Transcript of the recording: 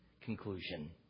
conclusion